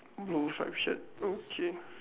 no obstruction okay